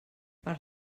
per